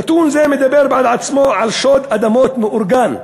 נתון זה מדבר בעד עצמו על שוד אדמות מאורגן,